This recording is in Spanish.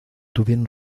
tuvieron